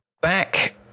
back